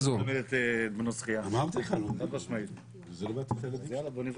הכנתי הצהרה קצרה, אבל אני חושב